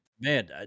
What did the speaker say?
Man